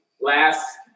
Last